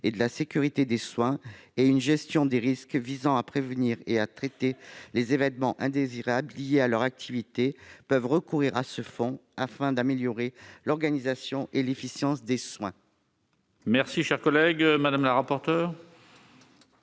et de la sécurité des soins, ainsi qu'une gestion des risques visant à prévenir et traiter les événements indésirables liés à leurs activités, peuvent recourir à ce fonds afin d'améliorer l'organisation et l'efficience des soins. Quel est l'avis de la commission ?